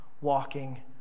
walking